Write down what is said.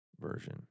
version